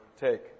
take